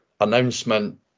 announcement